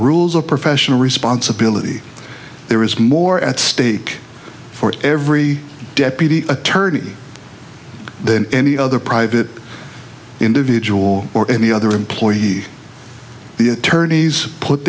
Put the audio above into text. rules of professional responsibility there is more at stake for every deputy attorney than any other private individual or any other employee the attorneys put